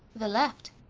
the left,